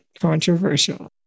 controversial